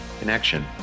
connection